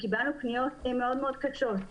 וקיבלנו פניות מאוד מאוד קשות.